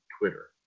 Twitter